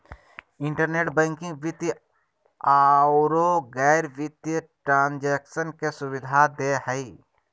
internet bank वित्तीय औरो गैर वित्तीय ट्रांन्जेक्शन के सुबिधा दे हइ